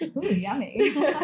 Yummy